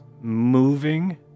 moving